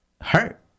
hurt